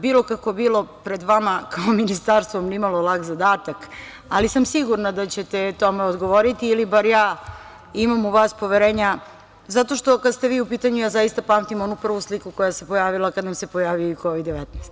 Bilo kako bilo, pred vama kao ministarstvom ni malo lak zadatak, ali sam sigurna da ćete tome odgovoriti ili bar ja imam u vas poverenja zato što, kada ste vi u pitanju, ja zaista pamtim onu prvu sliku koja se pojavila kada nam se pojavio i Kovid-19.